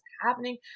happening